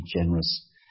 generous